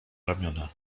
ramiona